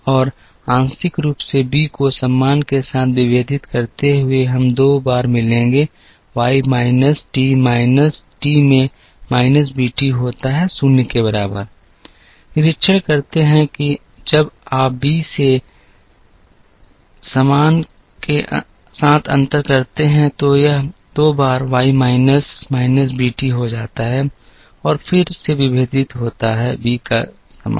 और आंशिक रूप से b को सम्मान के साथ विभेदित करते हुए हम 2 बार मिलेंगे Y minus t minus t में माइनस bt होता है 0 के बराबर निरीक्षण करते हैं कि जब आप b से सम्मान के साथ अंतर करते हैं तो यह 2 बार Y माइनस माइनस bt हो जाता है और फिर से विभेदित होता है बी का सम्मान